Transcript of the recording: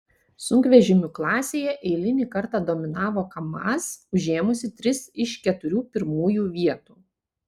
sunkvežimių klasėje eilinį kartą dominavo kamaz užėmusi tris iš keturių pirmųjų vietų